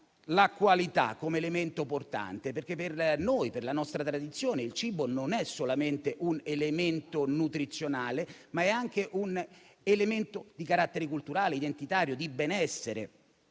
alla qualità come elemento portante. Per noi, per la nostra tradizione, il cibo non è solamente un elemento nutrizionale, ma è anche un elemento di carattere culturale, identitario, di benessere.